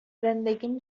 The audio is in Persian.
زندگیم